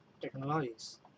technologies